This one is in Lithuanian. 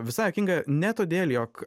visai juokinga ne todėl jog